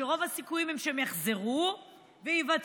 שרוב הסיכוי הוא שהם יחזרו ויבצעו.